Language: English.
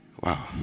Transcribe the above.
Wow